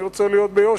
אני רוצה לדבר ביושר,